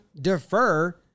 defer